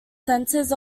centers